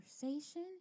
conversation